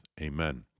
Amen